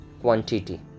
quantity